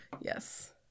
yes